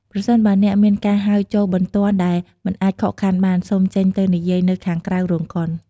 ប្រសិនបើអ្នកមានការហៅចូលបន្ទាន់ដែលមិនអាចខកខានបាន សូមចេញទៅនិយាយនៅខាងក្រៅរោងកុន។